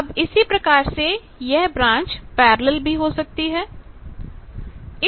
अब इसी प्रकार से यह ब्रांच पैरेलल भी हो सकती थी